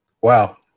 Wow